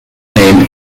name